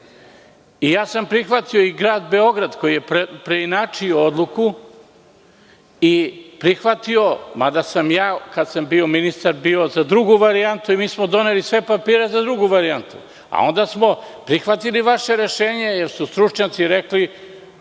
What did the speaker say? Ja sam prihvatio i grad Beograd, koji je preinačio odluku, mada sam ja kada sam bio ministar bio za drugu varijantu i mi smo doneli sve papire za drugu varijantu, ali onda smo prihvatili vaše rešenje jer su stručnjaci rekli